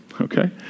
Okay